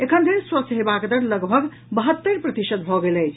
एखन धरि स्वस्थ हेबाक दर लगभग बहत्तरि प्रतिशत भऽ गेल अछि